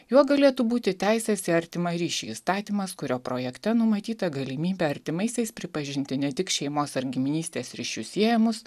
juo galėtų būti teisės į artimą ryšį įstatymas kurio projekte numatyta galimybė artimaisiais pripažinti ne tik šeimos ar giminystės ryšių siejamus